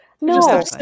no